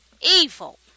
evil